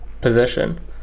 position